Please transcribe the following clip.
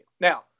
Now